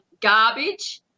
garbage